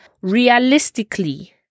realistically